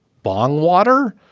bong water?